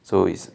so is